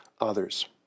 others